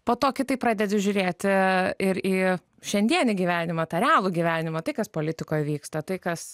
po to kitaip pradedi žiūrėti ir į šiandienį gyvenimą tą realų gyvenimą tai kas politikoj vyksta tai kas